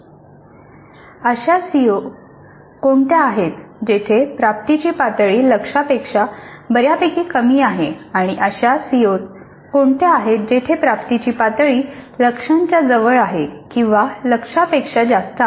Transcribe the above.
अशा C O कोणत्या आहेत जेथे प्राप्तीची पातळी लक्ष्यांपेक्षा बऱ्यापैकी कमी आहे किंवा अशा सी ओ कोणत्या आहेत जेथे प्राप्तीची पातळी लक्ष्यांच्या जवळ आहे किंवा लक्ष्यपेक्षा जास्त आहे